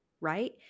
right